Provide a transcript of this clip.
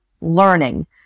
learning